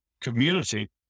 community